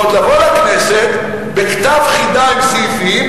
ועוד לבוא לכנסת בכתב חידה עם סעיפים,